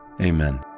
Amen